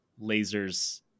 lasers